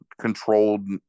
controlled